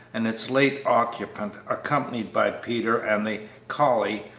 and its late occupant, accompanied by peter and the collie,